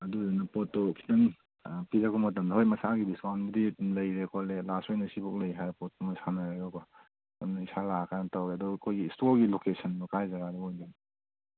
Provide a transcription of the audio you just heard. ꯑꯗꯨꯗꯨꯅ ꯄꯣꯠꯇꯣ ꯈꯖꯤꯛꯇꯪ ꯄꯤꯔꯛꯄ ꯃꯇꯝꯗ ꯍꯣꯏ ꯃꯁꯥꯒꯤ ꯗꯤꯁꯀꯥꯎꯟꯕꯨꯗꯤ ꯑꯗꯨꯝ ꯂꯩꯔꯦ ꯈꯣꯠꯂꯦ ꯂꯥꯁ ꯑꯣꯏꯅ ꯁꯤꯐꯥꯎꯕ ꯂꯩ ꯍꯥꯏꯕ ꯄꯣꯠꯇꯨꯃ ꯁꯥꯟꯅꯔꯒꯀꯣ ꯑꯗꯨꯝ ꯏꯁꯥ ꯂꯥꯛꯑꯀꯥꯟꯗ ꯇꯧꯔꯒꯦ ꯑꯗꯣ ꯑꯩꯈꯣꯏꯒꯤ ꯏꯁꯇꯣꯔꯒꯤ ꯂꯣꯀꯦꯁꯟꯗꯣ ꯀꯗꯥꯏ ꯖꯒꯥꯗ ꯑꯣꯏꯗꯣꯏꯅꯣ